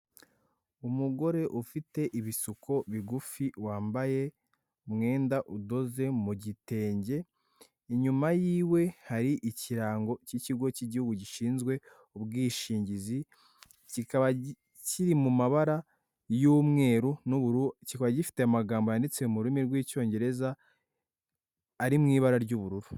Isoko rifite ibicuruzwa bitandukanye by'imitako yakorewe mu Rwanda, harimo uduseke twinshi n'imitako yo mu ijosi, n'imitako yo kumanika mu nzu harimo n'ibibumbano bigiye bitandukanye n'udutebo.